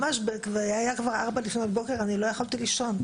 ממש כבר היה ארבע לפנות בוקר ואני לא יכולתי לישון,